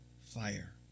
fire